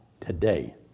today